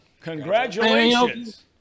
congratulations